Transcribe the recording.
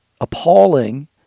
appalling